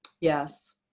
yes